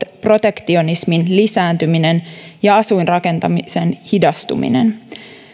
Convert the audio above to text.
protektionismin lisääntyminen ja asuinrakentamisen hidastuminen